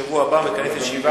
רביעי בשבוע הבא, מקיים ישיבה.